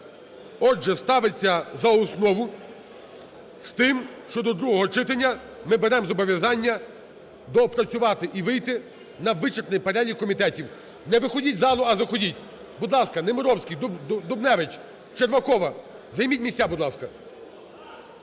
Отже, ставиться за основу, з тим, що другого читання ми беремо зобов'язання доопрацювати і вийти на вичерпний перелік комітетів. Не виходіть з залу, а заходіть! Будь ласка. Немировський, Дубневич, Червакова, займіть місця, будь ласка.